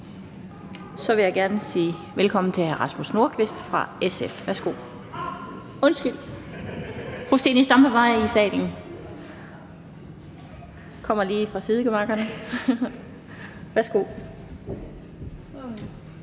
Så vil jeg gerne sige velkommen til hr. Rasmus Nordqvist fra SF ... Undskyld, fru Zenia Stampe var i salen – kommer lige fra sidegemakkerne. Værsgo.